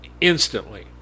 instantly